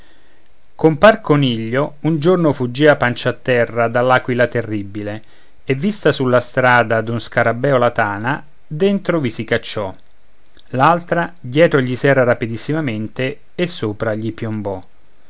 scarabeo compar coniglio un giorno fuggiva pancia a terra dall'aquila terribile e vista sulla strada d'un scarabeo la tana dentro vi si cacciò l'altra dietro gli serra rapidissimamente e sopra gli piombò